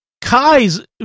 Kai's